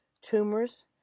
tumors